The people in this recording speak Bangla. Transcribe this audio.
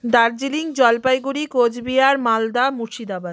দার্জিলিং জলপাইগুড়ি কোচবিহার মালদা মুর্শিদাবাদ